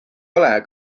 ole